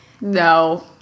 No